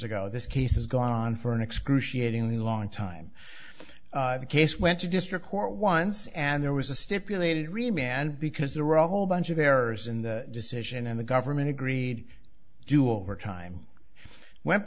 ago this case is gone for an excruciating long time the case went to district court once and there was a stipulated remain and because there were all whole bunch of errors in the decision and the government agreed to do overtime went